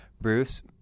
Bruce